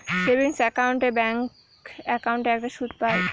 savings account এ bank একাউন্টে একটা সুদ পাই